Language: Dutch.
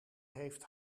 heeft